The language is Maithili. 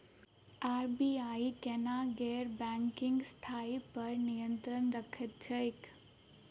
आर.बी.आई केना गैर बैंकिंग संस्था पर नियत्रंण राखैत छैक?